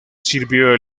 sirvió